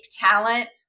talent